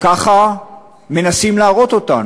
ככה מנסים להראות אותנו.